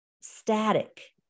static